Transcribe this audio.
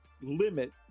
limit